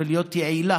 ולהיות יעילים